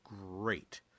great